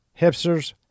hipsters